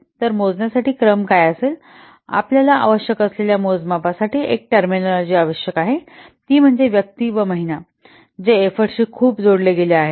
तर मोजण्यासाठी क्रम काय असेल आपल्याला आवश्यक असलेल्या मोजमापासाठी एक टर्मिनॉलॉजि आवश्यक आहे ती म्हणजे व्यक्ती व महिना जे पएफ्फोर्ट शी खूप जोडले गेले आहे